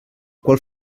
qual